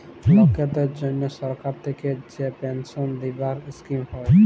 লকদের জনহ সরকার থাক্যে যে পেলসাল দিবার স্কিম হ্যয়